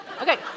Okay